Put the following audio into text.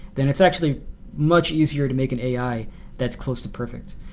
then it's actually much easier to make and ai that's close to perfect.